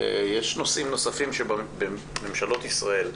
יש נושאים נוספים שבממשלות ישראל.